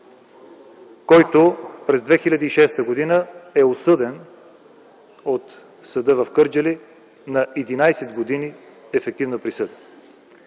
който през 2006 г. е осъден от съда в Кърджали на 11 години ефективна присъда.